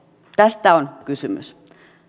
tästä on